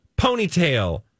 ponytail